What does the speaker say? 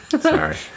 sorry